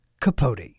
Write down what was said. Capote